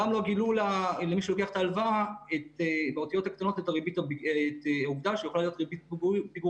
גם לא גילו למי שלוקח את ההלוואה את העובדה שיכולה להיות ריבית פיגורים,